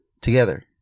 together